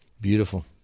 Beautiful